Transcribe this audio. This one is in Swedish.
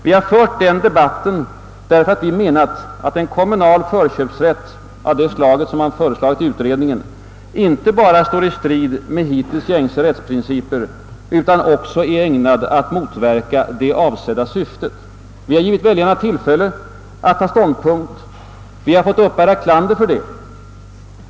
Vi har fört den debatten därför att vi menar att en kommunal förköpsrätt av det slag som man föreslagit i utredningen inte bara står i strid med hittills gängse rättsprinciper utan också är ägnad att motverka det avsedda syftet. Vi har givit väljarna tillfälle att ta ståndpunkt. Vi har fått uppbära klander för det.